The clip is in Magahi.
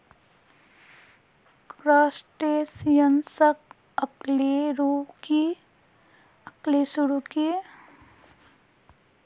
क्रस्टेशियंसक अकशेरुकी आर्थ्रोपोडेर रूपत जाना जा छे जे कीडा से अलग ह छे